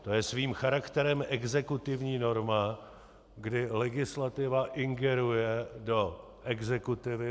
To je svým charakterem exekutivní norma, kdy legislativa ingeruje do exekutivy.